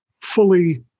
fully